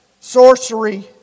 sorcery